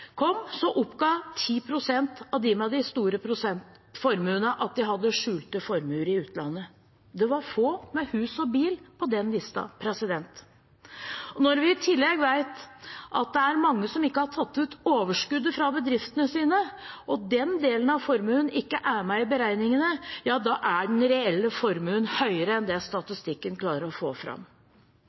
kom, oppga 10 pst. av de med de store formuene at de hadde skjulte formuer i utlandet. Det var få med hus og bil på den listen. Når vi i tillegg vet at det er mange som ikke har tatt ut overskuddet fra bedriftene sine, og den delen av formuen ikke er med i beregningene, er den reelle formuen høyere enn det statistikken klarer å få fram.